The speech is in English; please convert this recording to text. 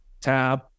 tab